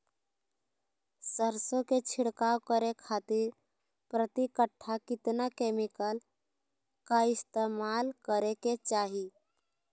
सरसों के छिड़काव करे खातिर प्रति कट्ठा कितना केमिकल का इस्तेमाल करे के चाही?